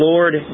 Lord